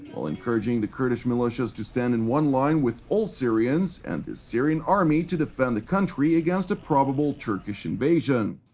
while urging the kurdish militias to stand in one line with all syrians and the syrian army to defend the country against a probable turkish invasion.